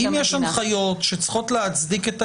אם יש הנחיות שצריכות להצדיק את העניין,